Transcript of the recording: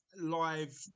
live